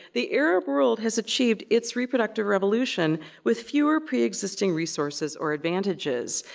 the arab world has achieved its reproductive revolution with fewer pre-existing resources or advantages.